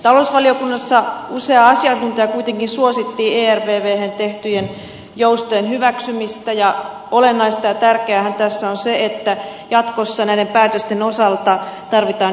talousvaliokunnassa usea asiantuntija kuitenkin suositti ervvhen tehtyjen joustojen hyväksymistä ja olennaista ja tärkeäähän tässä on se että jatkossa näiden päätösten osalta tarvitaan yksimielisyyttä